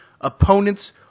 Opponents